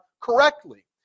correctly